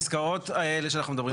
על הפסקאות שאנחנו מדברים עליהן.